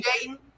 dating